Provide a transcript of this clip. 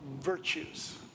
virtues